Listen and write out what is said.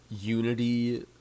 Unity